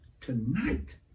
tonight